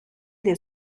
del